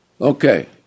Okay